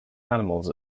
animals